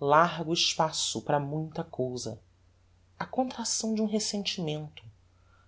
largo espaço para muita cousa a contracção de um resentimento